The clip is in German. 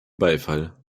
beifall